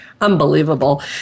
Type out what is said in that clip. unbelievable